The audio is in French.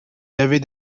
l’avez